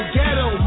ghetto